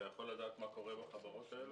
אתה יכול לדעת מה קורה בחברות האלה,